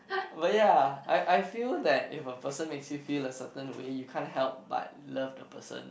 but ya I I feel that if a person makes you feel a certain way you can't help but love the person